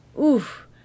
oof